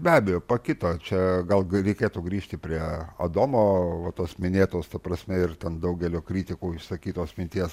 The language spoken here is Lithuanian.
be abejo pakito čia gal reikėtų grįžti prie adomo va tos minėtos ta prasme ir ten daugelio kritikų išsakytos minties